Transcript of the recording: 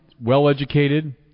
well-educated